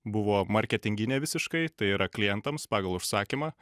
buvo marketinginė visiškai tai yra klientams pagal užsakymą